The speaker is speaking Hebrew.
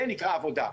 זה נקרא עבודה.